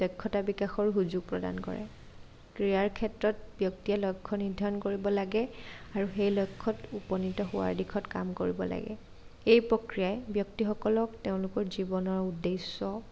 দক্ষতা বিকাশৰো সুযোগ প্ৰদান কৰে ক্ৰীড়াৰ ক্ষেত্ৰত ব্যক্তিয়ে লক্ষ্য নিৰ্ধাৰণ কৰিব লাগে আৰু সেই লক্ষ্যত উপনীত হোৱাৰ দিশত কাম কৰিব লাগে এই প্ৰক্ৰিয়াই ব্যক্তিসকলক তেওঁলোকৰ জীৱনৰ উদ্দেশ্য